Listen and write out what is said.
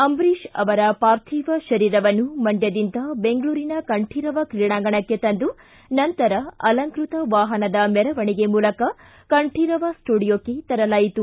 ಅಂಬರೀಷ್ ಅವರ ಪಾರ್ಥಿವ ಶರೀರವನ್ನು ಮಂಡ್ದದಿಂದ ಬೆಂಗಳೂರಿನ ಕಂಠೀರವ ಕ್ರೀಡಾಂಗಣಕ್ಕೆ ತಂದು ನಂತರ ಅಲಂಕ್ಟತ ವಾಹನದ ಮರವಣಿಗೆ ಮೂಲಕ ಕಂಠೀರವ ಸ್ವುಡಿಯೋಕ್ಷೆ ತಲಾಯಿತು